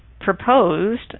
proposed